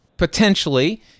potentially